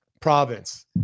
province